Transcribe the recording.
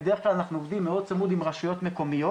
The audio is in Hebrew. בדרך כלל אנחנו עובדים מאוד צמוד עם רשויות מקומיות